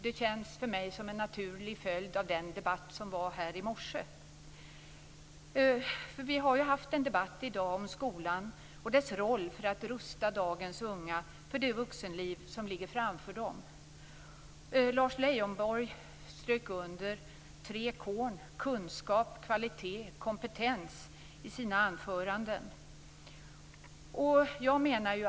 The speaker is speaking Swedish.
Det känns som en naturlig följd av den debatt som fördes här i morse. Vi har i dag debatterat skolan och dess roll när det gäller att rusta dagens unga för det vuxenliv som ligger framför dem. I sina anföranden strök Lars Leijonborg under tre k:n: kunskap, kvalitet och kompetens.